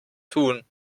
tun